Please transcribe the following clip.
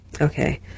Okay